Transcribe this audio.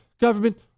government